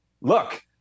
look